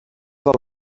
del